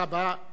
כבוד השר,